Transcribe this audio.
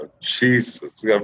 Jesus